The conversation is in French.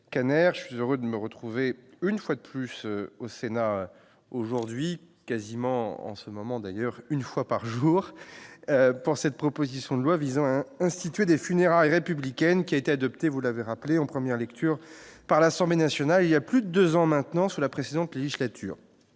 je suis heureux de me retrouver une fois de plus au Sénat aujourd'hui quasiment en ce moment d'ailleurs une fois par jour pour cette proposition de loi visant à instituer des funérailles républicaine qui a été adopté, vous l'avez rappelé en première lecture par l'Assemblée nationale, il y a plus de 2 ans maintenant, sous la précédente législature,